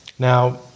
Now